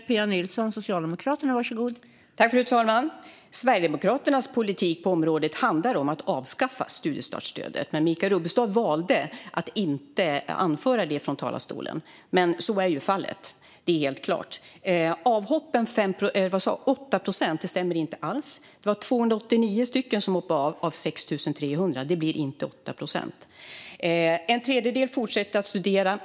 Fru talman! Sverigedemokraternas politik på området handlar om att avskaffa studiestartsstödet, men Michael Rubbestad valde att inte anföra det från talarstolen. Så är dock fallet. Det är helt klart. Att avhoppen skulle vara 8 procent stämmer inte alls. Det var 289 personer av 6 300 som hoppade av. Det blir inte 8 procent. Michael Rubbestad sa också att en tredjedel fortsatte att studera.